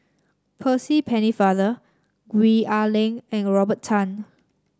Percy Pennefather Gwee Ah Leng and Robert Tan